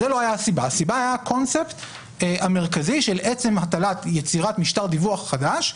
הסיבה הייתה הקונספט המרכזי של עצם יצירת משטר דיווח חדש.